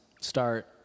start